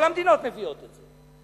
כל המדינות מביאות את זה.